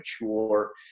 mature